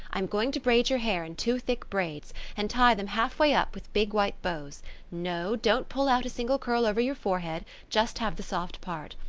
i'm going to braid your hair in two thick braids, and tie them halfway up with big white bows no, don't pull out a single curl over your forehead just have the soft part.